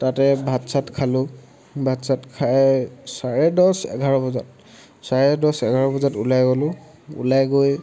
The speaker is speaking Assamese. তাতে ভাত চাত খালোঁ ভাত চাত খাই চাৰে দহ এঘাৰ বজাত চাৰে দহ এঘাৰ বজাত ওলাই গ'লোঁ ওলাই গৈ